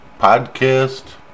podcast